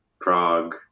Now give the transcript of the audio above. prague